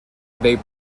hebei